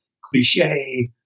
cliche